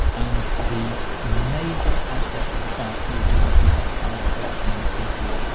and the major asset of the science museum, if you set aside the collection and the people,